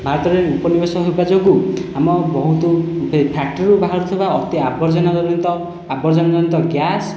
ଭାରତରେ ଉପନିବେଶ ହେବା ଯୋଗୁଁ ଆମ ବହୁତ ଫ୍ୟାକ୍ଟ୍ରିରୁ ବାହାରୁଥିବା ଅତି ଆବର୍ଜନା ଜନିତ ଆବର୍ଜନା ଜନିତ ଗ୍ୟାସ